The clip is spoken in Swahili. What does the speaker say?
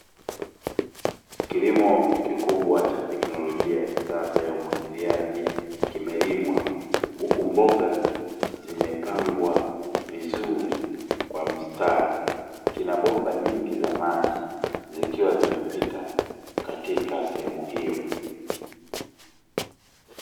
Kilimo kikubwa cha teknolojia ya kisasa ya umwagiliaji kimelimwa, huku mboga zimepangwa vizuri kwa mstari. Kina bomba nyingi za maji zikiwa zinapita katika sehemu hiyo.